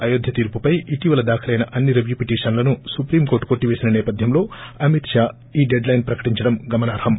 అయోధ్య తీర్పుపై ఇటీవల దాఖలైన అన్సి రివ్యూ పిటిషన్లను సుప్రీం కోర్టు కొట్టివేసిన నేపథ్యంలో అమిత్ షా ఈ డెడ్లైన్ ప్రకటించడం గమనార్తం